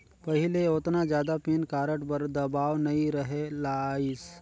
पहिले ओतना जादा पेन कारड बर दबाओ नइ रहें लाइस